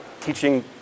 teaching